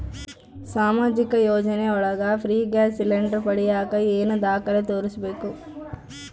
ಸಾಮಾಜಿಕ ಯೋಜನೆ ಒಳಗ ಫ್ರೇ ಗ್ಯಾಸ್ ಸಿಲಿಂಡರ್ ಪಡಿಯಾಕ ಏನು ದಾಖಲೆ ತೋರಿಸ್ಬೇಕು?